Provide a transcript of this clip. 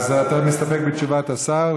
אז אתה מסתפק בתשובת השר.